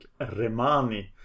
Remani